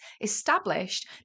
established